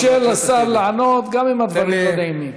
תאפשר לשר לענות גם אם הדברים לא נעימים.